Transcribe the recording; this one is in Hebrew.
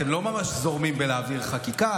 אתם לא ממש זורמים בלהעביר חקיקה,